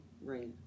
Right